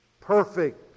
Perfect